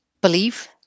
Believe